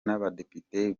n’abadepite